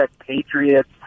Patriots